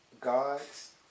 gods